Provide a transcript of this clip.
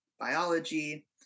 Biology